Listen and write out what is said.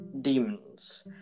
demons